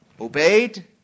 obeyed